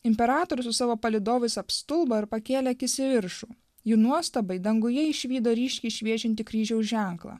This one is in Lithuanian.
imperatorius su savo palydovais apstulbo ir pakėlė akis į viršų jų nuostabai danguje išvydo ryškiai šviečiantį kryžiaus ženklą